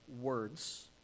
words